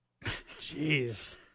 Jeez